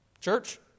Church